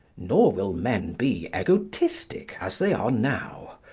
nor will men be egotistic as they are now.